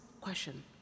question